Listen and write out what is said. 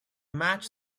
match